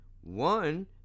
one